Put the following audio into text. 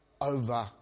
over